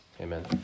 Amen